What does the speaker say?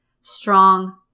Strong